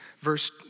Verse